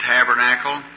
Tabernacle